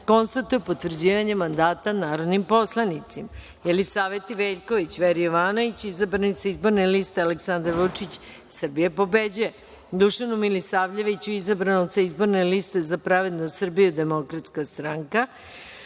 konstatuje potvrđivanje mandata narodnim poslanicima: